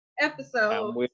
episode